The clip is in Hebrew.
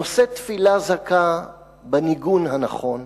נושא תפילה זכה בניגון הנכון,